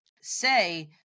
say